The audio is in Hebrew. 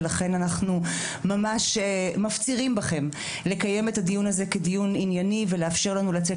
אנחנו ממש מפצירים בכם לקיים את הדיון הזה כדיון ענייני ולאפשר לנו לצאת